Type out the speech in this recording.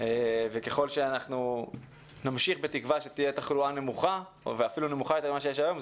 ככל שנמשיך בתקווה שתהיה תחלואה נמוכה ואפילו נמוכה מזאת שיש היום,